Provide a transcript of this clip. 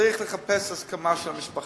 צריך לחפש הסכמה של המשפחה.